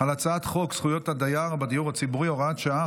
על הצעת חוק זכויות הדייר בדיור הציבורי (הוראת שעה,